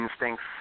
instincts